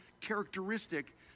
characteristic